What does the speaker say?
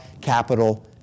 capital